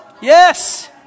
Yes